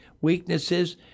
weaknesses